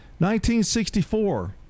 1964